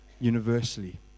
universally